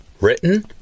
Written